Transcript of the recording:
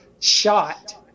shot